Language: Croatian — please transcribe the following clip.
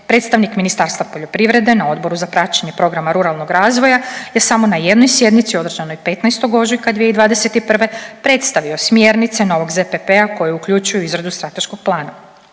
Predstavnik Ministarstva poljoprivrede na Odboru za praćenje programa ruralnog razvoja je samo na jednoj sjednici održanoj 15. ožujka 2021. predstavio smjernice novog ZPP-a koji uključuju izradu strateškog plana.